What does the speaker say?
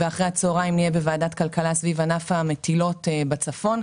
ואחרי הצוהריים יהיה דיון בוועדת הכלכלה על ענף המטילות בצפון.